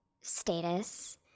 status—